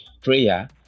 prayer